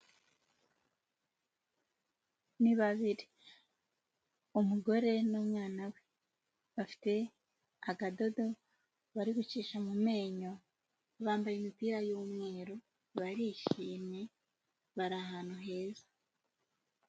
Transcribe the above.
Ni babiri, umugore n'umwana we, bafite akadodo bari gucisha mu menyo bambaye imipira y'umweru barishimye bari ahantu heza.